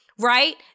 right